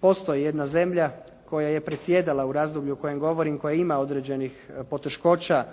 postoji jedna zemlja koja je predsjedala u razdoblju o kojem govorim, koja ima određenih poteškoća